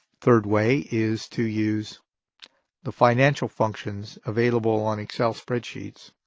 third way is to use the financial functions available on excel spreadsheets.